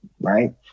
right